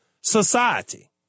society